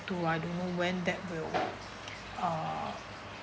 to I don't know when that will uh